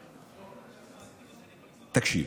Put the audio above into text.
תקשיב.